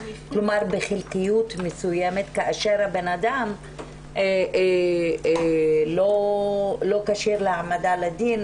בחלקיות מסוימת כאשר הבן אדם לא כשיר להעמדה לדין?